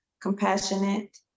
compassionate